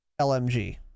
LMG